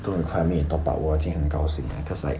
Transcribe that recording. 都是 climbing top 把握的很高兴 cause I